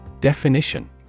Definition